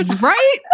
Right